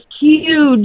huge